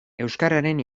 euskararen